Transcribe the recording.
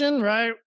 right